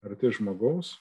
arti žmogaus